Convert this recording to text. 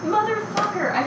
Motherfucker